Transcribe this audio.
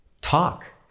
talk